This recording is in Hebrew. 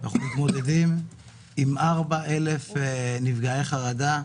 אנחנו מתמודדים עם 4,000 נפגעי חרדה,